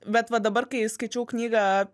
bet va dabar kai skaičiau knygą